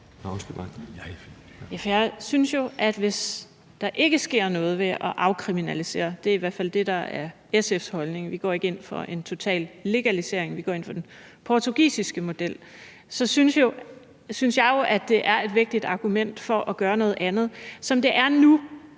Jeg synes jo, at hvis der ikke sker noget ved at afkriminalisere – det er i hvert fald det, der er SF's holdning; vi går ikke ind for en total legalisering, vi går ind for den portugisiske model – så er det et vægtigt argument for at gøre noget andet. Som det er nu,